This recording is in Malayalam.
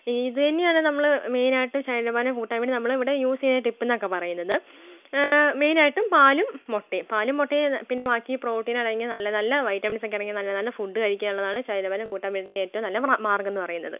ഇത് തന്നെയാണ് നമ്മൾ മെയിൻ ആയിട്ടും ശരീര ഭാരം കൂട്ടാൻ വേണ്ടിയിട്ട് നമ്മൾ ഇവിടെ യൂസ് ചെയ്ത ടിപ്പ് എന്നൊക്കെ പറയുന്നത് മെയിൻ ആയിട്ടും പാലും മുട്ടയും പാലും മുട്ടയും പിന്നെ ബാക്കി പ്രോട്ടീൻ അടങ്ങിയ നല്ല നല്ല വൈറ്റമിൻസ് ഒക്കെ അടങ്ങിയ നല്ല നല്ല ഫുഡ് കഴിക്കുക എന്നുള്ളതാണ് ശരീര ഭാരം കൂട്ടാൻ പറ്റുന്ന ഏറ്റവും നല്ല മ്രാ മാർഗം എന്ന് പറയുന്നത്